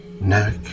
neck